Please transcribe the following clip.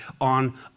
on